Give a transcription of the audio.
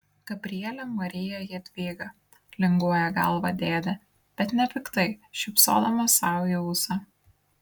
gabriele marija jadvyga linguoja galvą dėdė bet nepiktai šypsodamas sau į ūsą